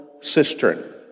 cistern